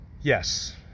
Yes